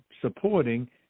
supporting